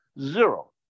zero